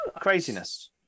Craziness